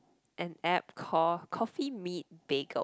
an app called coffee meet bagel